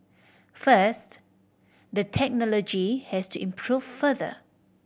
first the technology has to improve further